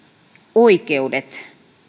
oikeudet